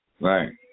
Right